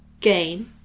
gain